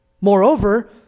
Moreover